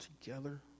together